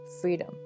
freedom